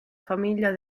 famiglia